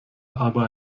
aber